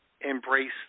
embrace